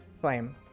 Flame